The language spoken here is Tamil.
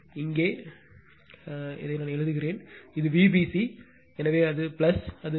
எனவே இங்கே நான் எழுதுகிறேன் இது Vbc எனவே அது அது